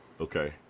okay